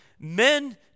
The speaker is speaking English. Men